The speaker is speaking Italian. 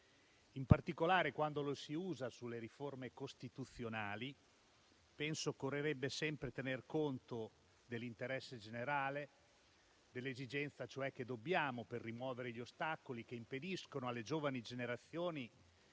In particolare quando lo si usa sulle riforme costituzionali, penso occorrerebbe sempre tener conto dell'interesse generale, dell'esigenza cioè di rimuovere gli ostacoli che impediscono alle giovani generazioni